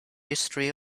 history